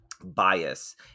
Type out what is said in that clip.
bias